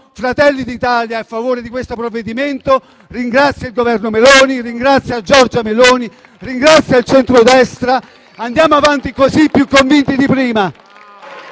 Fratelli d'Italia è a favore di questo provvedimento e ringrazia il Governo Meloni, ringrazia Giorgia Meloni, ringrazia il centrodestra. Andiamo avanti così, più convinti di prima.